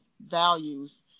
values